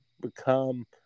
become